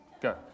Go